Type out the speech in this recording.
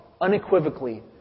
unequivocally